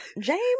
James